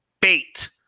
bait